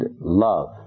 love